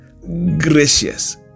gracious